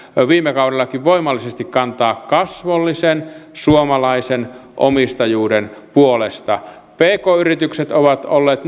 viime kaudellakin voimallisesti kantaa kasvollisen suomalaisen omistajuuden puolesta nimenomaan pk yritykset ovat olleet